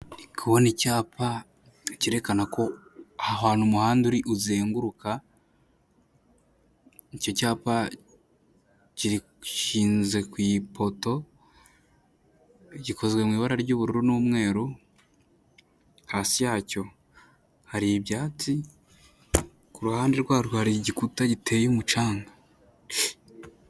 Ndikubona icyapa kerekana ko aho hantu umuhanda uri uzenguruka, icyo cyapa gishinze ku ipoto, gikozwe mu ibara ry'ubururu n'umweru, hasi yacyo hari ibyatsi, ku ruhande rwarwo hari igikuta giteye umucanga.